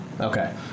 Okay